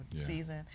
season